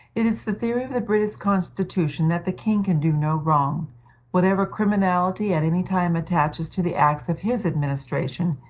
it is the theory of the british constitution that the king can do no wrong whatever criminality at any time attaches to the acts of his administration,